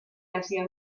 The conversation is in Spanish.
hacia